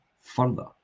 further